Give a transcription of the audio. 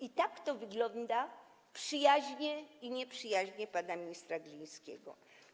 I tak to wygląda - te przyjaźnie i nieprzyjaźnie pana ministra Glińskiego.